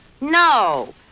No